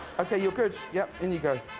okay. you're good. yeah in you go.